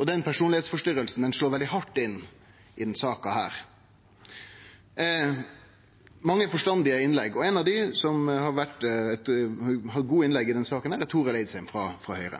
Og den personlegdomsforstyrringa slår veldig hardt inn i denne saka. Det har vore mange forstandige innlegg, og ei av dei som har hatt gode innlegg i denne saka, er Torill Eidsheim frå Høgre.